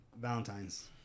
Valentine's